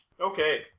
Okay